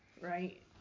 right